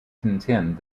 contend